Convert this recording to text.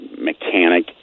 mechanic